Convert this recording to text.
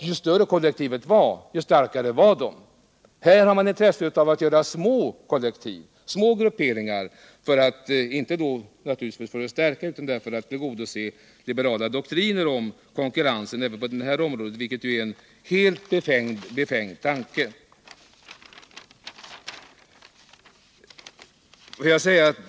Ju större kollektivet var desto starkare var de. Här har man intresse av att göra Små grupperingar, inte för att stärka utan för att tillgodose liberala doktriner om konkurrensen på det här området, vilket ju är en helt befängd tanke.